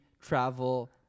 travel